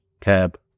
Cab